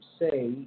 say